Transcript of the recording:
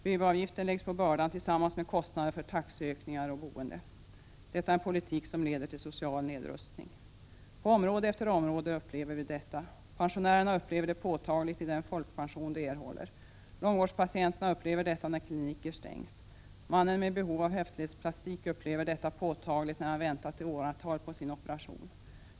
BB-avgiften läggs på bördan tillsammans med kostnaderna för taxeökningar och boende. Detta är en politik som leder till social nedrustning. På område efter område upplever vi detta. Pensionärerna upplever det påtagligt i den folkpension de erhåller. Långvårdspatienterna upplever det när kliniker stängs. Mannen med behov av höftledsplastik upplever det påtagligt när han väntar i åratal på sin operation.